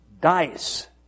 dice